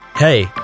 Hey